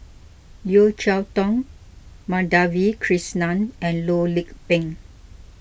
Yeo Cheow Tong Madhavi Krishnan and Loh Lik Peng